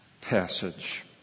passage